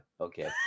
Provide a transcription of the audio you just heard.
Okay